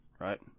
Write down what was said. right